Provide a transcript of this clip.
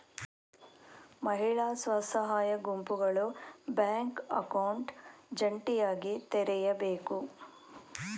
ಮಹಿಳಾ ಸ್ವಸಹಾಯ ಗುಂಪುಗಳು ಬ್ಯಾಂಕ್ ಅಕೌಂಟ್ ಜಂಟಿಯಾಗಿ ತೆರೆಯಬೇಕು